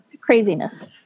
craziness